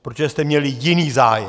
Protože jste měli jiný zájem.